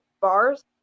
bars